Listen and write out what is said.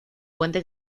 puente